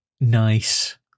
Nice